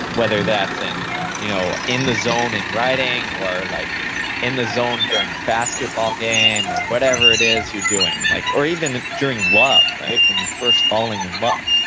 whether that's in you know in the zone and writing, or like in the zone during a basketball game, or whatever it is you're doing. like or even during love, right? when you're first falling in love.